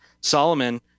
Solomon